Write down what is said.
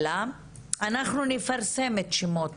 אנחנו נפרסם את שמות